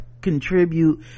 contribute